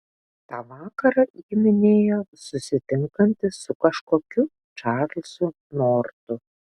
tą vakarą ji minėjo susitinkanti su kažkokiu čarlzu nortu